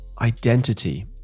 identity